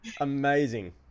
Amazing